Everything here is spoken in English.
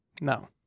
No